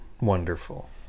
wonderful